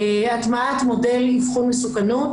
הטמעת מודל אבחון מסוכנות